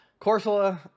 Corsola